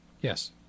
Yes